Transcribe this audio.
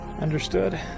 understood